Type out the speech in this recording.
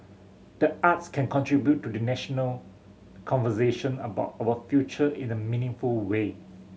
the arts can contribute to the national conversation about our future in a meaningful way